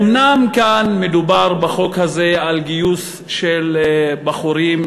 אומנם כאן מדובר בחוק הזה על גיוס של בחורים,